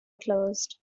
closed